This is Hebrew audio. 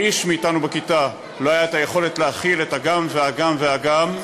לאיש מאתנו בכיתה לא הייתה היכולת להכיל גם וגם וגם.